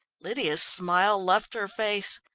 lydia's smile left her face.